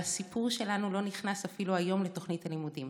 והסיפור שלנו לא נכנס אפילו היום לתוכנית הלימודים,